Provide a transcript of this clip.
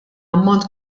ammont